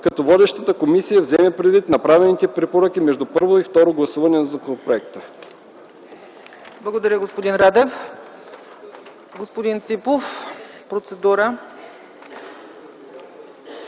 като водещата комисия вземе предвид направените препоръки между първо и второ гласуване на законопроекта.” ПРЕДСЕДАТЕЛ ЦЕЦКА ЦАЧЕВА: Благодаря, господин Радев. Господин Ципов – процедура.